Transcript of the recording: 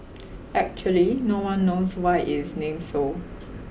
actually no one knows why it is named so